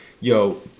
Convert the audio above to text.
Yo